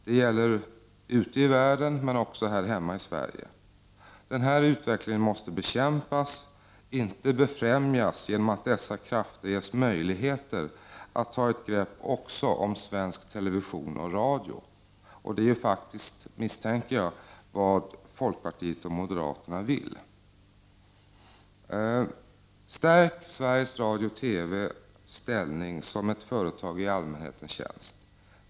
Det gäller ute i världen, men också här hemma i Sverige. Denna utveckling måste bekämpas, inte befrämjas genom att dessa krafter ges möjligheter att ta ett grepp också om svensk television och radio. Det är faktiskt, misstänker jag, vad folkpartiet och moderaterna vill. Stärk Sveriges Radios ställning som ett företag i allmänhetens tjänst!